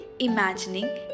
imagining